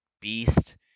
beast